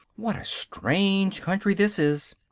what a strange country this is.